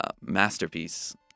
masterpiece